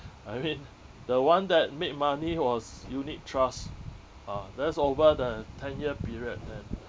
I mean the one that make money was unit trust ah that's over the ten year period and